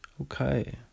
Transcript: Okay